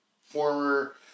former